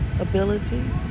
abilities